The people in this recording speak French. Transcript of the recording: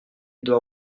doit